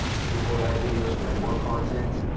we'll do more live videos, we'll have more content,